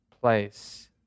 place